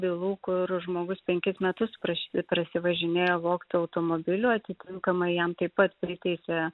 bylų kur žmogus penkis metus prašvi prisivažinėjo vogtu automobiliu atitinkamai jam taip pat priteisė